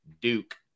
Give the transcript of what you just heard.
Duke